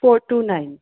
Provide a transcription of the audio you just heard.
four two nine